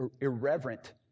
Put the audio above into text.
irreverent